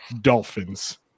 dolphins